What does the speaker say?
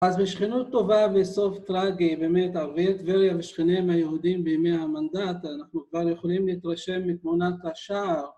אז משכנות טובה וסוף טרגי באמת, ערבי טבריה ושכניהם היהודים בימי המנדט אנחנו כבר יכולים להתרשם מתמונת השער